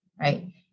right